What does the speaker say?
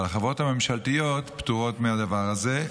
אבל החברות הממשלתיות פטורות מהדבר הזה,